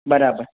બરાબર